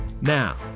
Now